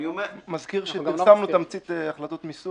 אני מזכיר שפרסמנו תמצית החלטות מיסוי.